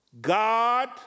God